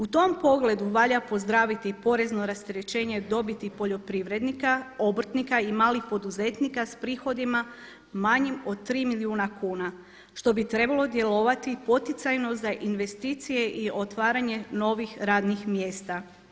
U tom pogledu valja pozdraviti porezno rasterećenje dobiti poljoprivrednika, obrtnika i malih poduzetnika s prihodima manjim od 3 milijuna kuna, što bi trebalo djelovati poticajno za investicije i otvaranje novih radnih mjesta.